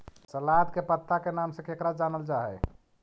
सलाद के पत्ता के नाम से केकरा जानल जा हइ?